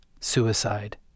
Suicide